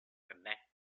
connects